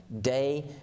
day